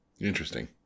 Interesting